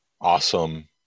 awesome